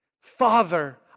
Father